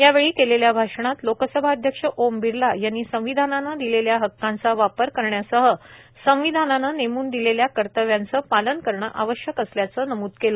यावेळी केलेल्या भाषणात लोकसभाध्यक्ष ओम बिर्ला यांनी संविधानानं दिलेल्या हक्कांचा वापर करण्यासह संविधानानं नेमून दिलेल्या कर्तव्यांचं पालन करणं आवश्यक असल्याचं नमूद केलं